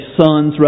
sons